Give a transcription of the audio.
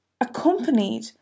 accompanied